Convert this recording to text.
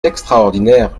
extraordinaire